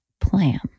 plan